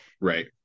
Right